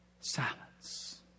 silence